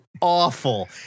awful